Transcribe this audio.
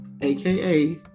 aka